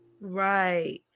Right